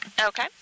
Okay